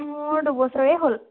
মোৰ দুবছৰেই হ'ল